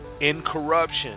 Incorruption